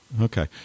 okay